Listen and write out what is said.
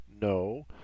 No